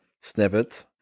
snippet